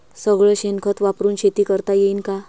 सगळं शेन खत वापरुन शेती करता येईन का?